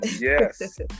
yes